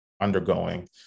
undergoing